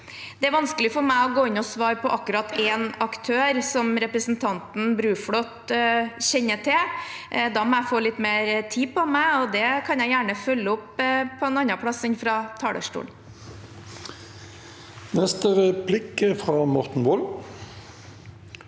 Det er vanskelig for meg å gå inn og svare om akkurat én aktør som representanten Bruflot kjenner til. Da må jeg få litt mer tid på meg, og det kan jeg gjerne følge opp på en annen plass enn fra talerstolen. Presidenten